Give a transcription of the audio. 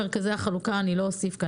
המרכזיים הם מרכזי החלוקה ואני לא אוסיף כאן.